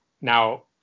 Now